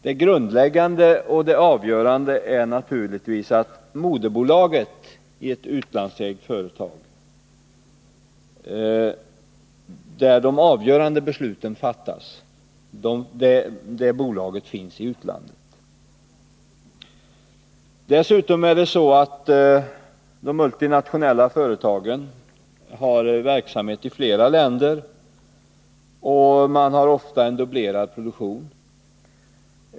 Det grundläggande, och det avgörande, är naturligtvis att moderbolaget i ett utlandsägt företag där de avgörande besluten fattas finns i utlandet. Dessutom har de multinationella företagen verksamhet i flera länder, och man har ofta en dubblerad produktion.